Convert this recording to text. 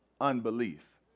unbelief